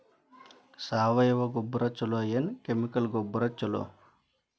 ಸಾವಯವ ಗೊಬ್ಬರ ಛಲೋ ಏನ್ ಕೆಮಿಕಲ್ ಗೊಬ್ಬರ ಛಲೋ?